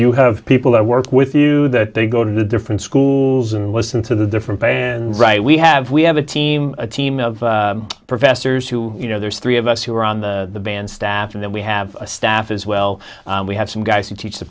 you have people that work with you that they go to different schools and listen to the different right we have we have a team a team of professors who you know there's three of us who are on the band staff and then we have a staff as well we have some guys who teach the